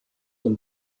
und